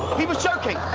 he was joking,